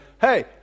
hey